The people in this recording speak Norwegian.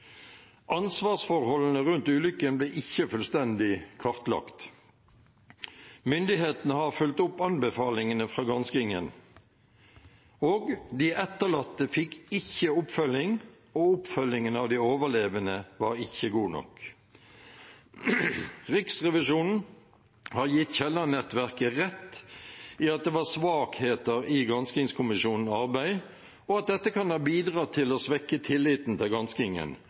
Ansvarsforholdene rundt ulykken ble ikke fullstendig kartlagt. Myndighetene har fulgt opp anbefalingene fra granskingen. De etterlatte fikk ikke oppfølging, og oppfølgingen av de overlevende var ikke god nok. Riksrevisjonen har gitt Kielland-nettverket rett i at det var svakheter i granskingskommisjonens arbeid, og at dette kan ha bidratt til å svekke tilliten til